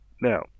Now